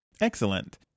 Excellent